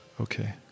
Okay